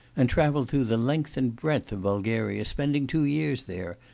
and travelled through the length and breadth of bulgaria, spending two years there,